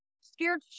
scared